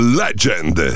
legend